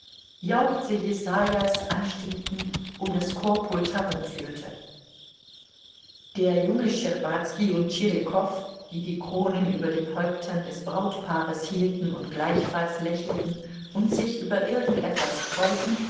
jauchze jesaias anstimmten um das chorpult herumführte der junge schtscherbazki und tschirikow die die kronen über den häuptern des brautpaares hielten und gleichfalls lächelten und sich über irgend etwas freuten